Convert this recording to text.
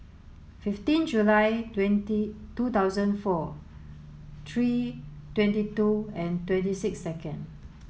fifteen July two thousand four three twenty two and twenty six second